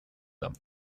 them